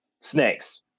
snakes